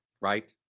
Right